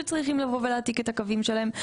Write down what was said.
שצריכים לבוא ולהעתיק את הקווים שלהם.